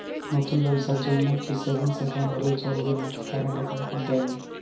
নতুন ব্যবসার জন্যে কি সেভিংস একাউন্ট হলে চলবে নাকি কারেন্ট একাউন্ট খুলতে হবে?